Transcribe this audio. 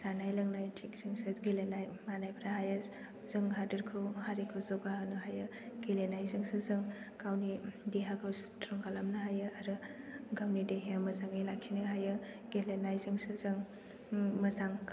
जानाय लोंनाय थिगजोंसो गेलेनाय मानायफोरा जों हादोरखौ माहारिखौ जौगाहोनो हायो गेलेनायजोंसो जों गावनि देहाखौ स्ट्रं खालामनो हायो आरो गावनि देहाया मोजाङै लाखिनो हायो गेलेनायजोंसो जों मोजां